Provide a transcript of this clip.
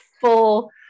full